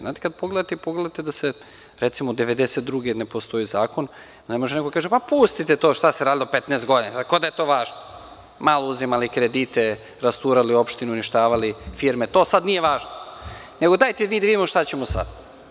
Znate, kada pogledate 1992. godinu, ne postoji zakon, i ne može da kaže – ma pustite to šta se radilo 15 godina, kao da je važno, malo uzimali kredite, rasturali opštinu, uništavali firme, to sada nije važno, nego dajte mi da vidimo šta ćemo sada.